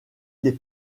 des